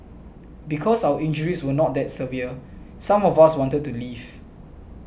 because our injuries were not that severe some of us wanted to leave